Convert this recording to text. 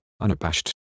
unabashed